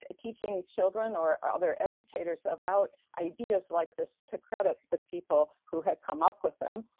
ah teaching children or other educators about ideas like this, to credit the people who had come up with them.